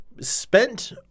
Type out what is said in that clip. spent